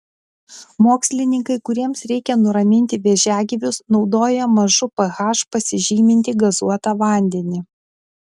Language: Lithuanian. mokslininkai kuriems reikia nuraminti vėžiagyvius naudoja mažu ph pasižymintį gazuotą vandenį